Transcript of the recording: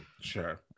Sure